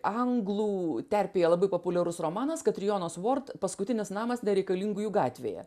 anglų terpėje labai populiarus romanas katrijonos vort paskutinis namas nereikalingųjų gatvėje